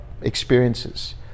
experiences